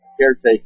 caretaker